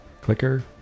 Clicker